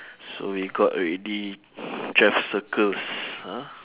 so we got already twelve circles ah